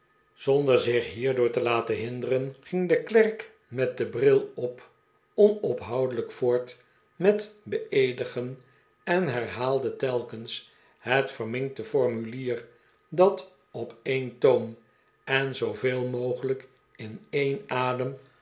zonder zich hier door te laten hinderen ging de klerk met den bril op onophoudelijk voort met beeedigen en herhaalde telkens het verminkte formulier dat op een toon en zooveel mogelijk in een adem